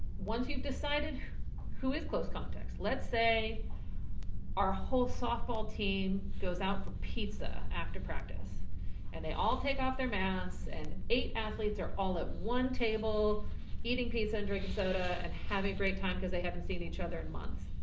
once you've decided who is close contacts, let's say our whole softball team goes out pizza after practice and they all take off their masks and eight athletes are all at one table eating pizza and drinking soda and having a great time, cause they haven't seen each other in months.